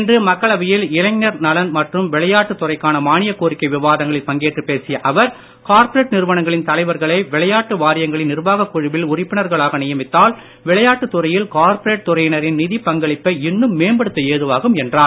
இன்று மக்களவையில் இளைஞர் நலன் மற்றும் விளையாட்டு துறைக்கான மானியக் கோரிக்கை விவாதங்களில் பங்கேற்று பேசிய அவர் கார்ப்பரேட் நிறுவனங்களின் தலைவர்களை விளையாட்டு வாரியங்களின் நிர்வாகக் குழுவில் உறுப்பினர்களாக நியமித்தால் விளையாட்டு துறையில் கார்ப்பரேட் துறையினரின் நிதிப் பங்களிப்பை இன்னும் மேம்படுத்த ஏதுவாகும் என்றார்